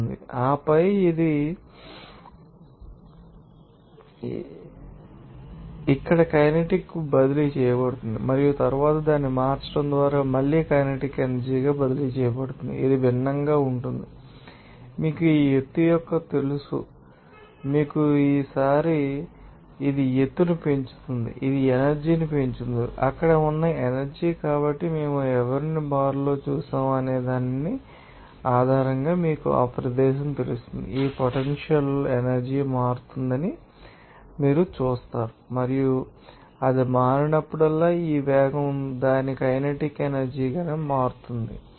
ఆపై అది ఇక్కడ కైనెటిక్ కి బదిలీ చేయబడుతుంది మరియు తరువాత దాన్ని మార్చడం ద్వారా మళ్ళీ కైనెటిక్ ఎనర్జీగా బదిలీ చేయబడుతుంది ఇది భిన్నంగా ఉంటుంది మీకు ఈ ఎత్తు మీకు తెలుసు కొండ మీకు ఈసారి తెలుసు ఇది ఎత్తును పెంచుతుంది ఇది ఎనర్జీ ని పెంచుతుంది అక్కడ ఉన్న ఎనర్జీ కాబట్టి మేము ఎవరిని బార్లో చూశాము అనే దాని ఆధారంగా మీకు ఈ ప్రదేశం తెలుసు ఈ పొటెన్షియల్ ఎనర్జీ మారుతుందని మీరు చూస్తారు మరియు అది మారినప్పుడల్లా ఈ వేగం దానికైనెటిక్ ఎనర్జీ మారుతుందని మీకు తెలుసు